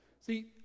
See